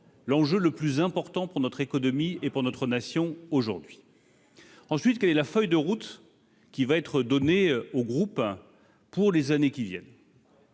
actuel le plus important pour notre économie et pour notre nation. C'est tardif ! Quelle est la feuille de route qui va être donnée au groupe pour les années qui viennent ?